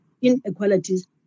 inequalities